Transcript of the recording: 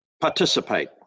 participate